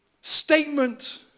statement